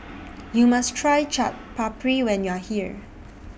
YOU must Try Chaat Papri when YOU Are here